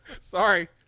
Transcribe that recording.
Sorry